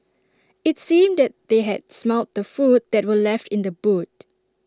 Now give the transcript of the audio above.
IT seemed that they had smelt the food that were left in the boot